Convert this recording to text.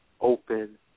open